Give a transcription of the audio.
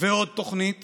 ועוד תוכנית